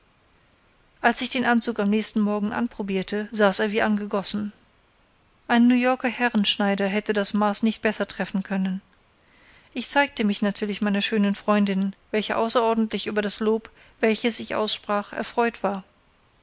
als ich den anzug am nächsten morgen anprobierte saß er wie angegossen ein new yorker herrenschneider hätte das maß nicht besser treffen können ich zeigte mich natürlich meiner schönen freundin welche außerordentlich über das lob welches ich aussprach erfreut war